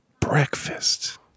Breakfast